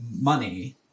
money